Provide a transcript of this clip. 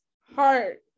heart